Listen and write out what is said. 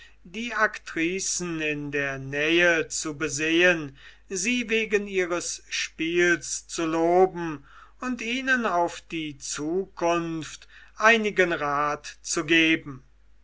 die aktricen in der nähe zu besehen sie wegen ihres spiels zu loben und ihnen auf die zukunft einen rat zu geben